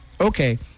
okay